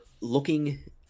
looking